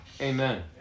Amen